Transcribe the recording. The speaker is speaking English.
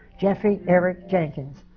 jeffrey eric jenkins,